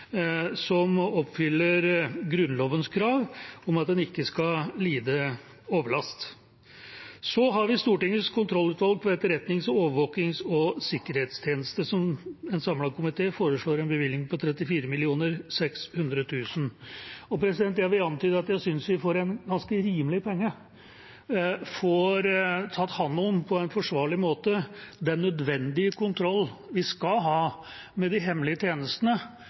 som oppfyller Grunnlovens krav om at man ikke skal lide overlast. Så har vi Stortingets kontrollutvalg for etterretnings-, overvåkings- og sikkerhetstjeneste, hvor en samlet komité foreslår en bevilgning på 34 600 000 kr. Jeg vil antyde at jeg synes vi for en ganske rimelig penge får tatt hånd om på en forsvarlig måte den kontrollen vi skal ha med de hemmelige tjenestene,